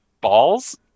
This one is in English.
balls